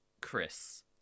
Chris